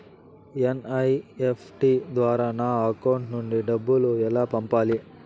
NEFT ద్వారా నా account నుండి డబ్బులు ఎలా పంపాలి